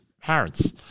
parents